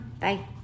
Bye